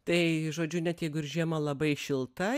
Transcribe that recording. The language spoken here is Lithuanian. tai žodžiu net jeigu ir žiema labai šilta